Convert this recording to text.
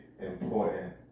important